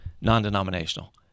non-denominational